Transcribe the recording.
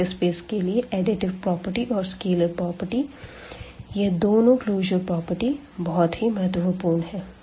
vector space के लिए additive property और स्केलर प्रॉपर्टी यह दोनों क्लोजर प्रॉपर्टी बहुत ही महत्वपूर्ण है